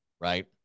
Right